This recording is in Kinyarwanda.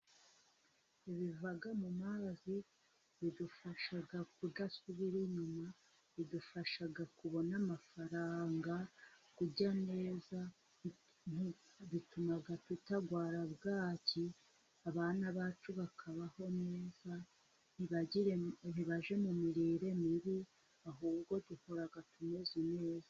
Ibiva mu mazi, bidufasha kudasubira inyuma, bidufasha kubona amafaranga, kurya neza, bituma tutarwara bwaki, abana bacu bakabaho neza, ntibajye mu mirire mibi, ahubwo dukura tumeze neza.